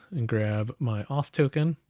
and grab my auth token,